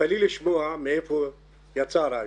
תתפלאי לשמוע מאיפה יצא הרעיון,